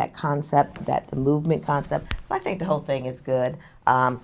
that concept that the movement concept so i think the whole thing is good but